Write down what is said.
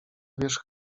wierzch